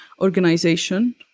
organization